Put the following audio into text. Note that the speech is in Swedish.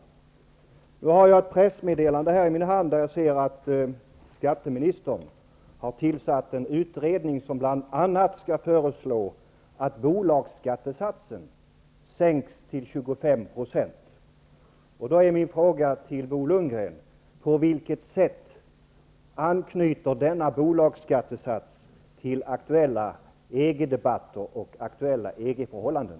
Jag har i min hand ett pressmeddelande, där jag läser att skatteministern har tillsatt en utredning, som bl.a. skall föreslå att bolagsskattesatsen sänks till 25 %. Då är min fråga till Bo Lundgren: På vilket sätt anknyter denna bolagsskattesats till aktuella EG-debatter och aktuella EG förhållanden?